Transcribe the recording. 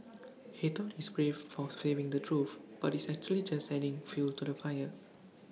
he thought he's brave for saying the truth but he's actually just adding fuel to the fire